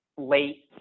Late